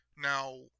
Now